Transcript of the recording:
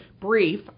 brief